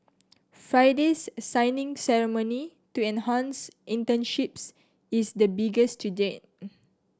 Friday's signing ceremony to enhance internships is the biggest to date